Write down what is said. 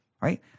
right